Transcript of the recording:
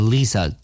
Lisa